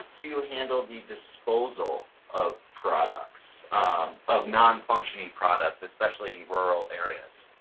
you handle the disposal of products of none functioning product especially in rural areas?